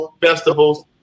festivals